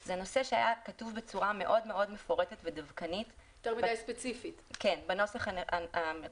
הוא נושא שהיה כתוב בצורה מאוד מפורטת ודווקנית בנוסח המקורי,